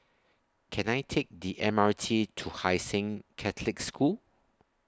Can I Take The M R T to Hai Sing Catholic School